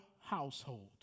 household